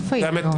לא ידון,